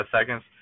seconds